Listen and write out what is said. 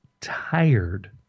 tired